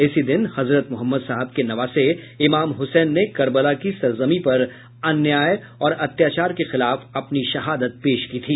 इसी दिन हजरत मोहम्मद साहब के नवासे इमाम हुसैन ने करबला की सरजमीं पर अन्याय और अत्याचार के खिलाफ अपनी शहादत पेश की थी